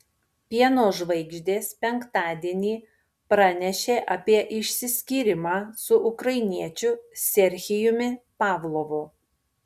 pieno žvaigždės penktadienį pranešė apie išsiskyrimą su ukrainiečiu serhijumi pavlovu